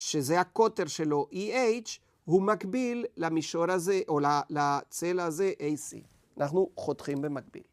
שזה הקוטר שלו EH, הוא מקביל למישור הזה, או לצל הזה AC, אנחנו חותכים במקביל.